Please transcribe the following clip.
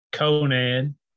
Conan